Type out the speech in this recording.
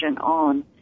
on